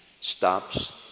stops